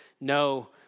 No